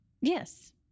Yes